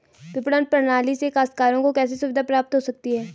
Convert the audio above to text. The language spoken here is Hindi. विपणन प्रणाली से काश्तकारों को कैसे सुविधा प्राप्त हो सकती है?